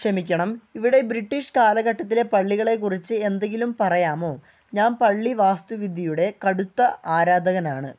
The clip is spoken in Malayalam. ക്ഷമിക്കണം ഇവിടെ ബ്രിട്ടീഷ് കാലഘട്ടത്തിലെ പള്ളികളെക്കുറിച്ച് എന്തെങ്കിലും പറയാമോ ഞാൻ പള്ളി വാസ്തുവിദ്യയുടെ കടുത്ത ആരാധകനാണ്